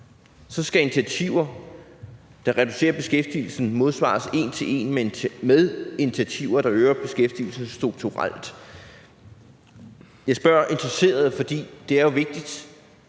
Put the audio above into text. så skal initiativer, der reducerer beskæftigelsen modsvares en til en med initiativer, der øger beskæftigelsen strukturelt. Jeg spørger interesseret, fordi det jo er vigtigt,